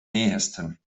nähesten